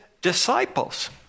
disciples